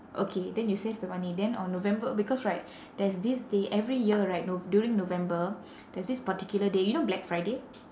okay then you save the money then on november because right there's this day every year right nov~ during november there's this particular day you know black friday